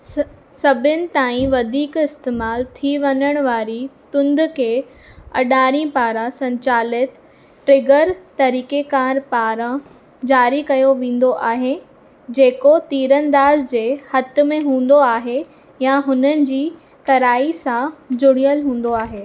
सभु सभिनि ताईं वधीक इस्तेमालु थी वञणु वारी तुंद खे अडारी पारां संचालित ट्रिगर तरीक़ेकार पारां जारी कयो वेंदो आहे जेको तीरंदाज़ जे हथ में हूंदो आहे या हुननि जी तराई सां जुड़ियल हूंदो आहे